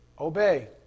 Obey